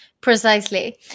Precisely